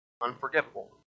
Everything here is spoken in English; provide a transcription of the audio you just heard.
unforgivable